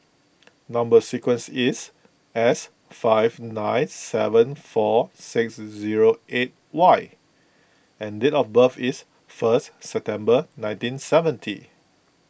Number Sequence is S five nine seven four six zero eight Y and date of birth is first September nineteen seventy